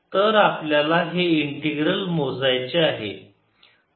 तर आपल्याला हे इंटिग्रल मोजायचे आहे